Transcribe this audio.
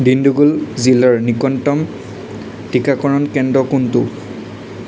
দিনদুগুল জিলাৰ নিকটতম টিকাকৰণ কেন্দ্ৰ কোনটো